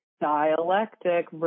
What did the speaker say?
dialectic